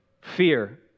fear